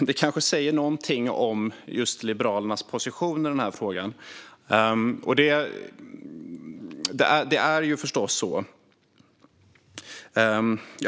Det kanske säger någonting om just Liberalernas position i den här frågan. Det är förstås så att frågan redan ligger på regeringens bord.